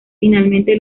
finalmente